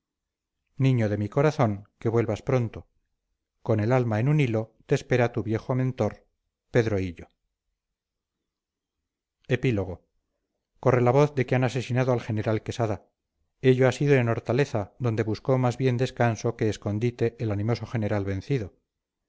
niño de mi corazón que vuelvas pronto con el alma en un hilo te espera tu viejo mentor pedro hillo epílogo corre la voz de que han asesinado al general quesada ello ha sido en hortaleza donde buscó más bien descanso que escondite el animoso general vencido